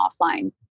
offline